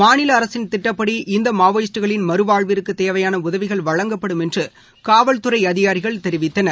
மாநிலஅரசின் திட்டப்படி இந்தமாவோயிஸ்டுகளின் மறுவாழ்விற்குத் தேவையானஉதவிகள் வழங்கப்படும் என்றுகாவல்துறைஅதிகாரிகள் தெரிவித்தனர்